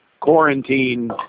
quarantine